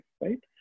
right